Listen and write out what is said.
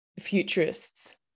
futurists